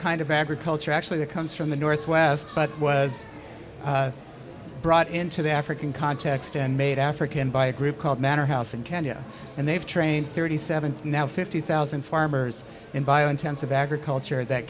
kind of agriculture actually that comes from the northwest but was brought into the african context and made african by a group called manor house in kenya and they've trained thirty seven now fifty thousand farmers in bio intensive agriculture that